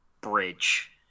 bridge